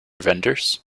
vendors